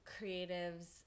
creatives